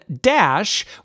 Dash